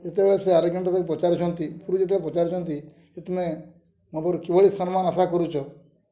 ଯେତେବେଳେ ସେ ଆରେଗାଣ୍ଟ ତାକୁ ପଚାରୁଛନ୍ତି ପୁରୀ ଯେତେବେଳେ ପଚାରୁଛନ୍ତି ଯେ ତୁମେ ମୋ କିଭଳି ସମ୍ମାନ ଆଶା କରୁଛି